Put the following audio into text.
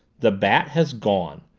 the bat has gone.